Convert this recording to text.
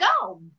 go